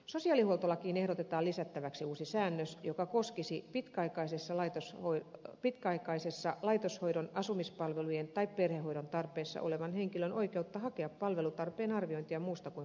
sosiaalihuoltolakiin ehdotetaan lisättäväksi uusi säännös joka koskisi pitkäaikaisessa laitoshoidon asumispalvelujen tai perhehoidon tarpeessa olevan henkilön oikeutta hakea palvelutarpeen arviointia muusta kuin kotikunnastaan